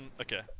okay